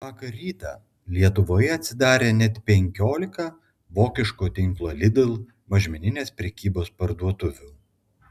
vakar rytą lietuvoje atsidarė net penkiolika vokiško tinklo lidl mažmeninės prekybos parduotuvių